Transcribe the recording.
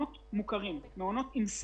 נעמ"ת,